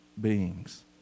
beings